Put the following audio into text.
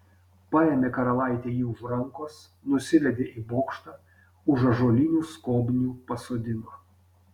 paėmė karalaitė jį už rankos nusivedė į bokštą už ąžuolinių skobnių pasodino